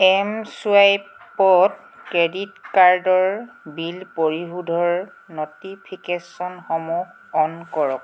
M ছুৱাইপত credit কাৰ্ডৰ বিল পৰিশোধৰ ন'টিফিকেশ্যনসমূহ অ'ন কৰক